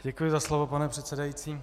Děkuji za slovo, pane předsedající.